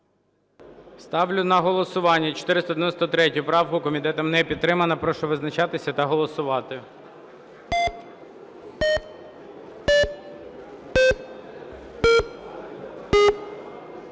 Ставлю на голосування 493 правку. Комітетом не підтримано. Прошу визначатися та голосувати.